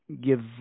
give